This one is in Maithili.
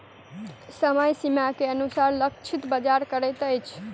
समय सीमा के अनुसार लक्षित बाजार करैत अछि